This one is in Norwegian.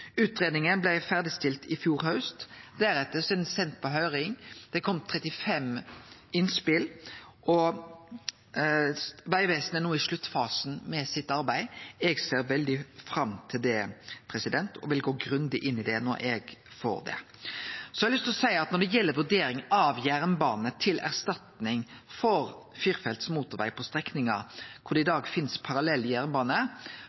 blei ferdigstilt i fjor haust. Deretter er ho send på høyring. Det har kome 35 innspel, og Vegvesenet er no i sluttfasen med dette arbeidet. Eg ser veldig fram til det og vil gå grundig inn i det når eg får det. Når det gjeld vurdering av jernbane til erstatning for firefelts motorveg på strekningar der det i dag finst parallell jernbane,